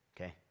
Okay